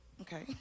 Okay